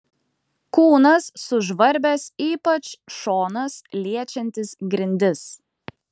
kūnas sužvarbęs ypač šonas liečiantis grindis